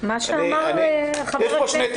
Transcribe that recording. אני רוצה לומר עוד משפט אחד: